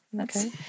Okay